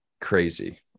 Crazy